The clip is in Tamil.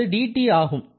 அது dT ஆகும்